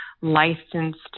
licensed